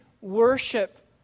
worship